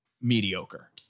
mediocre